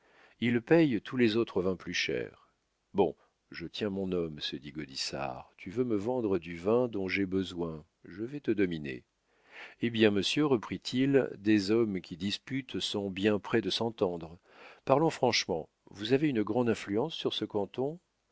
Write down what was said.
ils payent tous les autres vins plus cher bon je tiens mon homme se dit gaudissart tu veux me vendre du vin dont j'ai besoin je vais te dominer eh bien monsieur reprit-il des hommes qui disputent sont bien près de s'entendre parlons franchement vous avez une grande influence sur ce canton